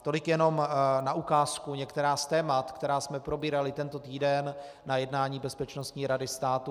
Tolik jenom na ukázku některá z témat, která jsme probírali tento týden na jednání Bezpečnostní rady státu.